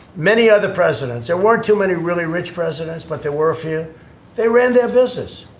many other presidents there weren't too many really rich presidents but there were a few they ran their business.